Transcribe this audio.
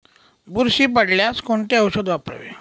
बुरशी पडल्यास कोणते औषध वापरावे?